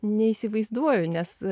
neįsivaizduoju nes